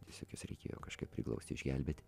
visokius reikėjo kažkaip priglausti išgelbėti